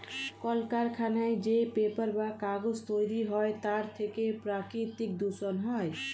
কলকারখানায় যে পেপার বা কাগজ তৈরি হয় তার থেকে প্রাকৃতিক দূষণ হয়